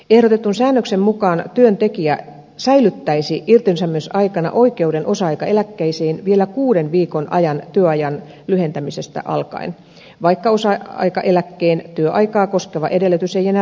ehdotetun säännöksen mukaan työntekijä säilyttäisi irtisanomisaikana oikeuden osa aikaeläkkeeseen vielä kuuden viikon ajan työajan lyhentämisestä alkaen vaikka osa aikaeläkkeen työaikaa koskeva edellytys ei enää täyttyisi